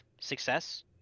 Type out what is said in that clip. success